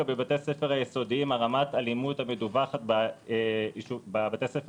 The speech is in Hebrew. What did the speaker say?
בבתי הספר היסודיים רמת האלימות המדווחת בבתי הספר